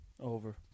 Over